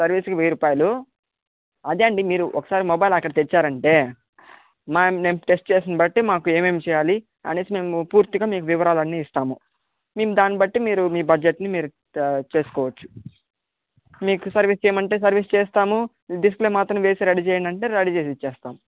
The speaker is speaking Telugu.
సర్వీస్కి వెయ్యి రూపాయలు అదే అండి మీరు ఒకసారి మొబైల్ అక్కడ తెచ్చారంటే మేము టెస్ట్ చేసి దాన్ని బట్టి మాకు ఏమేమీ చెయ్యాలి అని మేము పూర్తిగా వివరాలన్నీ ఇస్తాము దాన్ని బట్టి మీ బడ్జెట్ని మీరు చెస్కొవచ్చు మీకు సర్వీస్ చెయ్యమంటే సర్వీస్ చేస్తాము డిస్ప్లే మాత్రమే వేసి రెడీ చెయ్యండి అంటే రెడీ చేసి ఇచ్చేస్తాం